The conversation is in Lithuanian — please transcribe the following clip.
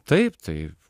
taip tai